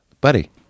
Buddy